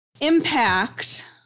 impact